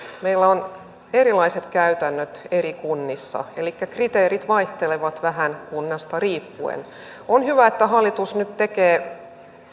meillä on erilaiset käytännöt eri kunnissa elikkä kriteerit vaihtelevat vähän kunnasta riippuen on hyvä että hallitus nyt tekee